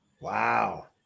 Wow